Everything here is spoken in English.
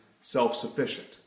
self-sufficient